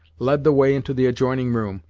led the way into the adjoining room,